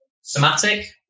somatic